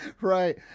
Right